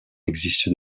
existent